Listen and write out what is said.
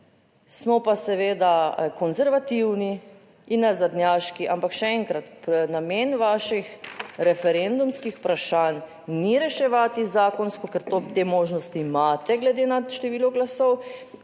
smo pa seveda konservativni in nazadnjaški. Ampak še enkrat, namen vaših referendumskih vprašanj ni reševati zakonsko, ker te možnosti imate, glede na število glasov,